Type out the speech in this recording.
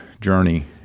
journey